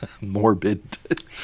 morbid